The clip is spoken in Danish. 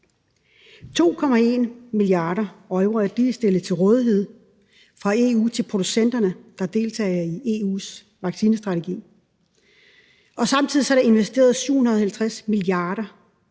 2,1 mia. euro er lige stillet til rådighed fra EU til producenterne, der deltager i EU's vaccinestrategi, og samtidig er der investeret 750 mia.